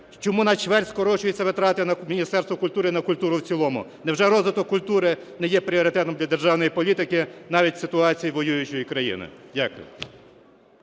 чому на чверть скорочуються витрати Міністерства культури на культуру в цілому? Невже розвиток культури не є пріоритетом для державної політики навіть у ситуації воюючої країни? Дякую.